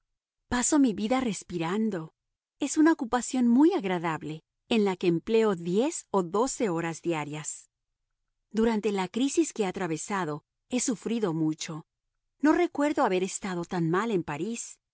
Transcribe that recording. paso mi vida respirando es una ocupación muy agradable en la que empleo diez o doce horas diarias durante la crisis que he atravesado he sufrido mucho no recuerdo haber estado tan mal en parís